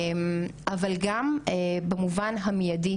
לא תואם את החוקים שלכאורה כן קיימים,